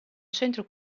centro